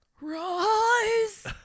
rise